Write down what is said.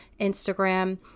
instagram